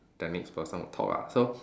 the next person who talk ah so